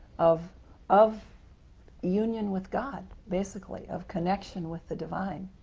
of of union with god, basically, of connection with the divine.